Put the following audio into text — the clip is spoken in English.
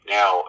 Now